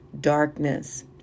darkness